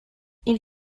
ils